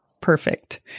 Perfect